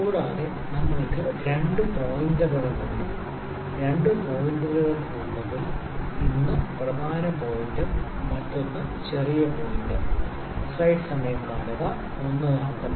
കൂടാതെ നമ്മൾക്ക് രണ്ട് പോയിന്ററുകൾ ഉണ്ട് രണ്ട് പോയിന്ററുകൾ ഉള്ളതിൽ ഒന്ന് പ്രധാന പോയിന്റർ മറ്റൊന്ന് ചെറിയ പോയിന്റർ